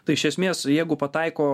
tai iš esmės jeigu pataiko